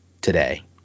today